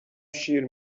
شیر